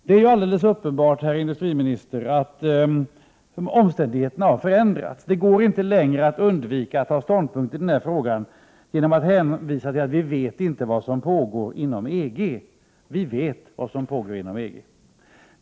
Det är alldeles uppenbart, herr industriminister, att omständigheterna har förändrats. Det går inte längre att undvika att ta ställning i denna fråga, genom att hänvisa till att vi inte vet vad som pågår inom EG. Vi vet nämligen vad som pågår inom EG.